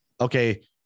okay